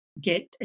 get